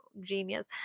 genius